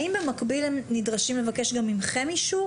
האם במקביל הם נדרשים לבקש גם מכם אישור